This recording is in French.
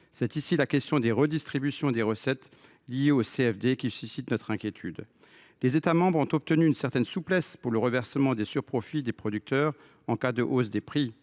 tient à la question des redistributions des recettes liées aux CFD. Les États membres ont obtenu une certaine souplesse pour le reversement des surprofits des producteurs : en cas de hausse des prix,